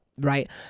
right